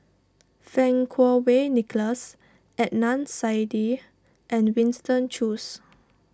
Fang Kuo Wei Nicholas Adnan Saidi and Winston Choos